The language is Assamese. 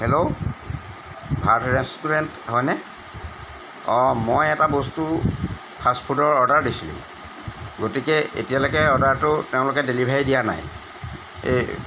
হেল্ল' ভাৰত ৰেষ্টুৰেণ্ট হয়নে অঁ মই এটা বস্তু ফাষ্ট ফুডৰ অৰ্ডাৰ দিছিলোঁ গতিকে এতিয়ালৈকে অৰ্ডাৰটো তেওঁলোকে ডেলিভাৰী দিয়া নাই এই